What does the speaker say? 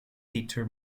peter